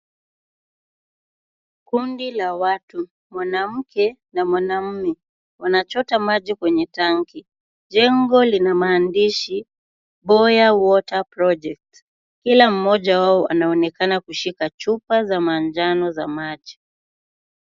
Kundi la watu, mwanamke na mwanaume, wanachota maji kwenye tanki. Jengo lina maandishi Boya Water project . Kila mmoja wao anaonekana kushika chupa za manjano za maji.